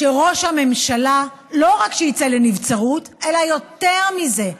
שראש הממשלה לא רק שיצא לנבצרות, אלא יותר מזה,